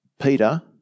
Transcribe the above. Peter